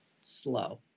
slow